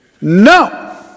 No